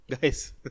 Guys